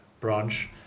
branch